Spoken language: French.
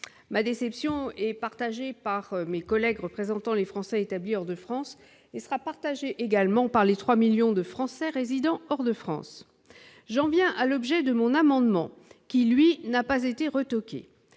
ma déception est partagée par mes collègues représentant les Français établis hors de France et sera partagé également par les 3 millions de Français résidant hors de France, j'en viens à l'objet de mon amendement qui lui n'a pas été retoqué